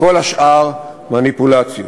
וכל השאר מניפולציות.